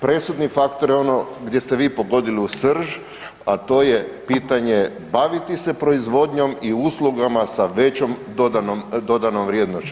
Presudni faktor je ono gdje ste vi pogodili u srž, a to je pitanje baviti se proizvodnjom i uslugama sa većom dodanom vrijednošću.